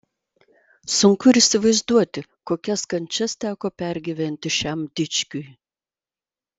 sunku ir įsivaizduoti kokias kančias teko pergyventi šiam dičkiui